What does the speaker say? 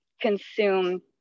consume